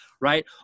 Right